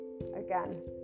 again